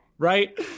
Right